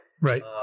Right